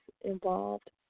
involved